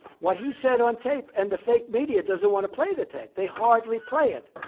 what he said on tape and the fake media doesn't want to play the tape. they hardly play it.